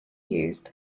used